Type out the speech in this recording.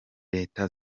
leta